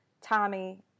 Tommy